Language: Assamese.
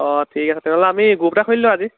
অঁ ঠিক আছে তেনেহ'লে আমি গ্ৰুপ এটা খুলি লও আজি